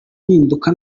mpinduka